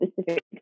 specific